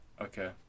okay